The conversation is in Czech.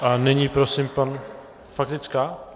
A nyní prosím pan faktická?